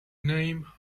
name